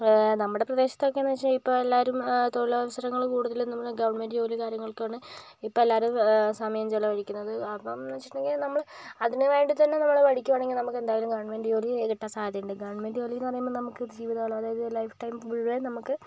നമ്മുടെ പ്രദേശത്ത് എന്ന് ഒക്കെയെന്ന് വെച്ചാൽ ഇപ്പോൾ എല്ലാവരും തൊഴിൽ അവസരങ്ങൾ കൂടുതൽ നോക്കുന്നത് ഗവൺമെന്റ് ജോലി കാര്യങ്ങൾക്ക് ആണ് ഇപ്പോൾ എല്ലാവരും സമയം ചിലവഴിക്കുന്നത് കാരണം എന്ന് വെച്ചിട്ട് ഉണ്ടങ്കിൽ നമ്മൾ അതിന് വേണ്ടി തന്നെ നമ്മൾ പഠിക്കുകയാണെങ്കിൽ നമുക്ക് എന്തായാലും ഗവൺമെൻറ് ജോലി കിട്ടാൻ സാദ്ധ്യതയുണ്ട് ഗവൺമെൻറ് ജോലി എന്ന് പറയുമ്പോൾ നമുക്ക് ജീവിതകാലം അതായത് ലൈഫ് ടൈം മുഴുവൻ നമുക്ക്